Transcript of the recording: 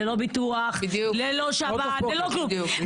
ללא ביטוח, ללא שב"ן, ללא כלום.